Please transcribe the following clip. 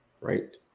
right